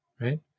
right